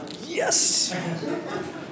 Yes